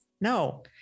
No